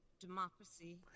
democracy